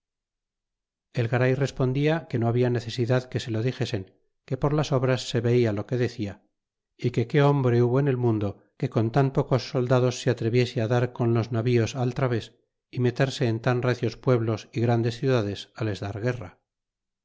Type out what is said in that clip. el garay respondia que no habia necesidad que se lo dixesen que por las obras se veia lo que decia y que qué hombre hubo tt el mundo que con tan pocos soldados se atreviese dar con los navíos al traves y meterse en tan recios pueblos y grandes ciudades les dar guerra